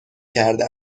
کرده